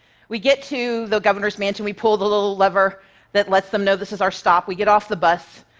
we get to the governor's mansion, we pull the little lever that lets them know this is our stop, we get off the bus,